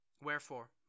Wherefore